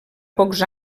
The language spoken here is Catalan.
pocs